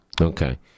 Okay